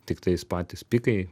tiktais patys pikai